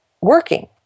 working